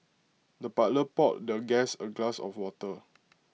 the butler poured the guest A glass of water